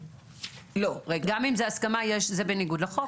גם אם יש הסכמה זה בניגוד לחוק.